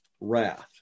wrath